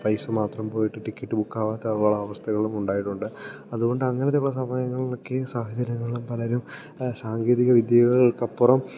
പൈസ മാത്രം പോയിട്ട് ടിക്കറ്റ് ബുക്ക് ആവാത്ത അവസ്ഥകളും ഉണ്ടായിട്ടുണ്ട് അത്കൊണ്ട് അങ്ങനെത്തെ ഉള്ള സമയങ്ങളിലൊക്കെയും സാഹചര്യങ്ങളിലും പലരും സാങ്കേതികവിദ്യകൾക്കപ്പുറം